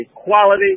equality